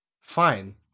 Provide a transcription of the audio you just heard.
fine